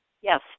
Yes